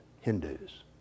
Hindus